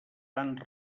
tants